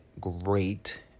great